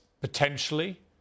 potentially